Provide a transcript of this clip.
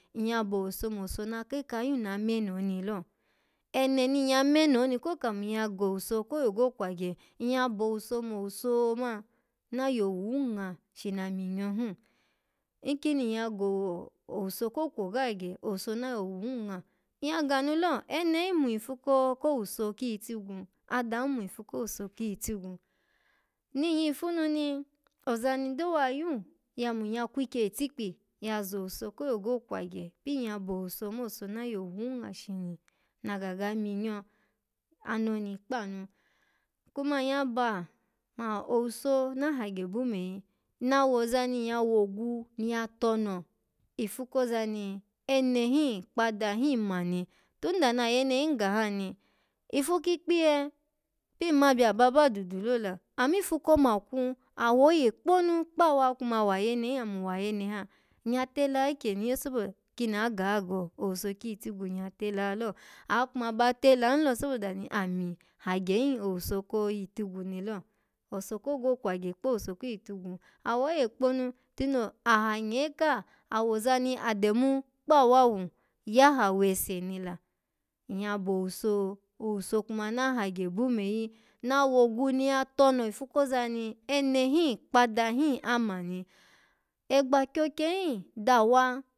Nyya bo owuso mo owuso na kan ka yun na meno oni lo eneni nyya meno oni ko kuma-nyya go owuso ko yogo kwagye, nyya bo owuso mo owuso man na yowun nga shina minye hun inkini nyya go-owuso ko kwogo agye, owuso na yowun nga nyya gamu lo, ene hin man-ifu ko-ko owuso kiyi tigwu adan manifu ko owuso kiyi tigwu ni nyyifu, nu ni oza ni do wa yuu ya kwikye itikpi ya zo bo owuso ma owuso ko yogo kwagye pin ya bo owuso ma owuso na yowun nga shini naga minyo anoni kpanu kuma nyya ba owuso na hagye bumeyi, na woza ni nyya wogon ni ya tono ifu koza ni ene hon kpada hin ma ni, tunda nayene hin gaha ni ifu kikpiye pin ma bya baba dudu lo la amma ifu komaku, gwoye kponu kpawa akuma wayene hin ami wayene ha nyya tela ha ikyeni yo sobo kini agaha go owuso kiyi tigwu nyya tela ha lo akuma ba tela hin lo sobo da ni ami hagye hin owuso ko iyitigwu ni lo owuso kogo kwagye kpo owuso kiyitigwu awoye kponu tuna aha aye ka awoza ni adamu kpawawu yaha wese ni la nyya bo owuso, owuso kuma na hagye bumeyi, na wogwu ni ya tono ifu koza ni ene him kpada hin ama ni egba kyokye hin dawa.